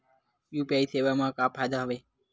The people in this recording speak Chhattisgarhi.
यू.पी.आई सेवा मा का फ़ायदा हवे?